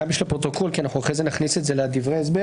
אחרי זה נכניס לדברי ההסבר